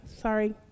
Sorry